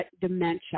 dementia